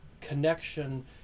connection